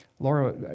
Laura